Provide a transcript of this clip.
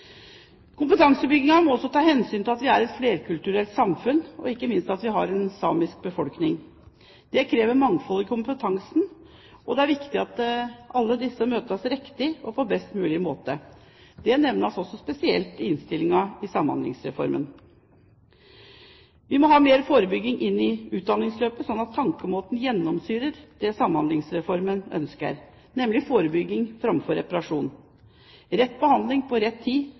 må også ta hensyn til at vi er et flerkulturelt samfunn, og ikke minst at vi har en samisk befolkning. Det krever mangfold i kompetansen. Det er viktig at alle disse møtes på en riktig og best mulig måte. Dette nevnes også spesielt i innstillingen til Samhandlingsreformen. Vi må ha mer forebygging inn i utdanningsløpet, slik at tankemåten gjennomsyrer det man ønsker med Samhandlingsreformen, nemlig forebygging framfor reparasjon. Rett behandling til rett tid